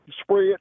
spread